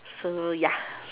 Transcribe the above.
so ya